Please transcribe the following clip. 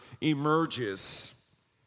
emerges